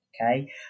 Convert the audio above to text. Okay